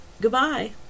Goodbye